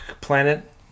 planet